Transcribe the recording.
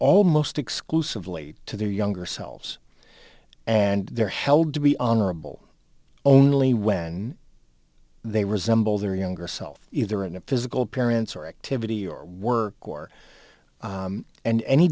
almost exclusively to their younger selves and they're held to be honorable only when they resemble their younger self either in a physical appearance or activity or work war and any